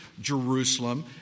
Jerusalem